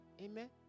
Amen